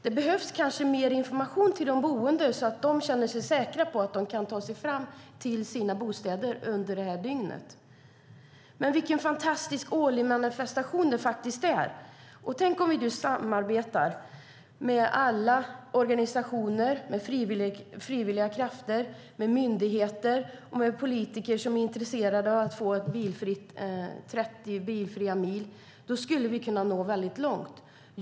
Det kanske behövs mer information till de boende så att de känner sig säkra på att de kan ta sig till sina bostäder under det här dygnet. Det är en fantastisk årlig manifestation. Om vi samarbetar med alla organisationer, frivilliga krafter, myndigheter och politiker som är intresserade av att få 30 bilfria mil skulle vi kunna nå långt.